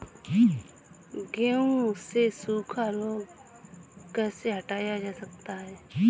गेहूँ से सूखा रोग कैसे हटाया जा सकता है?